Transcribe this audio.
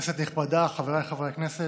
כנסת נכבדה, חבריי חברי הכנסת,